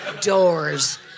Doors